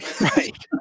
Right